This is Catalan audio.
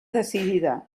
decidida